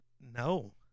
no